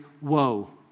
woe